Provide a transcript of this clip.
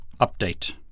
update